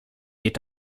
geht